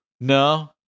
no